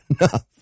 enough